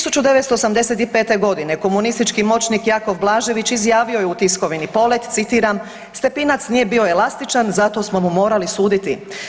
1985. g. komunistički moćnik Jakov Blažević izjavio je u tiskovini Polet, citiram, Stepinac nije bio elastičan, zato smo mu morali suditi.